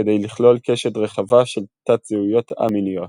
כדי לכלול קשת רחבה של תת-זהויות א-מיניות.